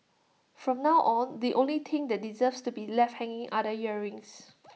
from now on the only thing that deserves to be left hanging are the earrings